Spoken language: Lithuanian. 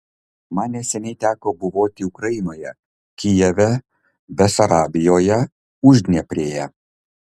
man neseniai teko buvoti ukrainoje kijeve besarabijoje uždnieprėje